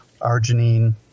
arginine